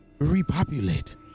Repopulate